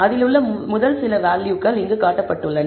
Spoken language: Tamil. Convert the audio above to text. அதிலுள்ள முதல் சில வேல்யூகள் இங்கு காட்டப்பட்டுள்ளன